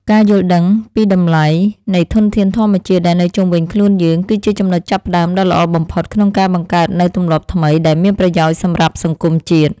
ការយល់ដឹងពីតម្លៃនៃធនធានធម្មជាតិដែលនៅជុំវិញខ្លួនយើង គឺជាចំណុចចាប់ផ្ដើមដ៏ល្អបំផុតក្នុងការបង្កើតនូវទម្លាប់ថ្មីដែលមានប្រយោជន៍សម្រាប់សង្គមជាតិ។